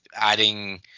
adding